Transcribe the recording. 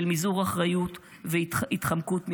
של מזעור האחריות ושל התחמקות ממנה"